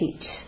teach